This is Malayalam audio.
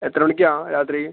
എത്ര മണിക്കാ രാത്രി